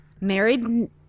married